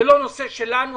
זה לא נושא שלנו,